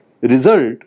result